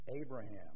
Abraham